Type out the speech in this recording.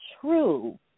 true